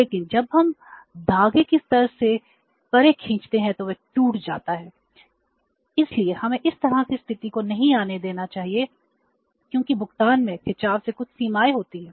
लेकिन जब हम धागे को स्तर से परे खींचते हैं तो वह टूट जाता है इसलिए हमें इस तरह की स्थिति को नहीं आने देना चाहिए क्योंकि भुगतान में खिंचाव से कुछ सीमाएं होती हैं